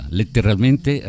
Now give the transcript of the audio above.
letteralmente